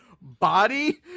body